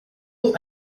will